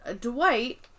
Dwight